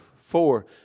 four